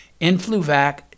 Influvac